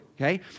Okay